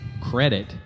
credit